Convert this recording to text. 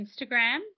Instagram